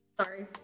Sorry